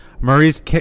Maurice